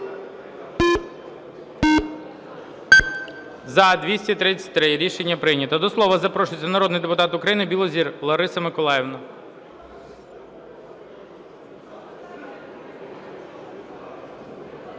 За-233 Рішення прийнято. До слова запрошується народний депутат України Білозір Лариса Миколаївна.